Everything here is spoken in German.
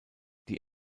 die